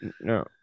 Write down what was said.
no